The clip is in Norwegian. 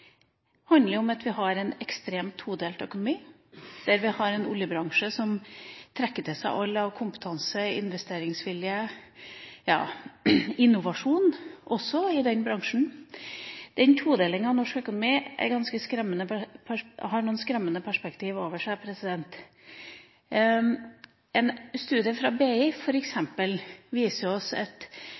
handler om at vi har en ekstremt todelt økonomi, der vi har en oljebransje som trekker til seg all kompetanse, investeringsvilje og innovasjon. Denne todelinga av norsk økonomi har noen skremmende perspektiver ved seg. En studie fra BI f.eks. viser oss at